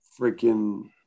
freaking